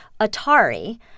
Atari